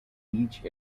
each